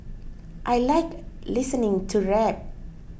I like listening to rap